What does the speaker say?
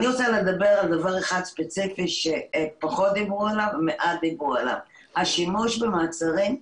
אני רוצה לדבר על דבר אחד ספציפי שפחות דיברו עליו והוא השימוש במעצרים,